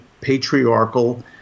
patriarchal